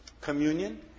communion